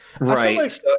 Right